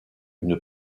une